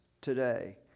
today